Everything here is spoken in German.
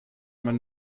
man